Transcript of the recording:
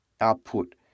output